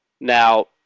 Now